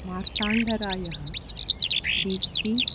मार्ताण्डरायः Deepti